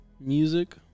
music